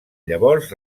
llavors